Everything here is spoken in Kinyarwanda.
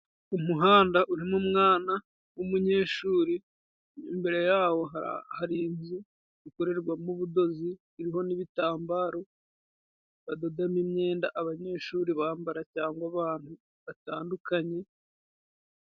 Umuhanda urimo umwana w'umunyeshuri, imbere yaho hari inzu ikorerwamo ubudozi, iriho n'ibitambaro badodamo imyenda abanyeshuri bambara, cyangwa abantu batandukanye.